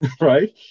right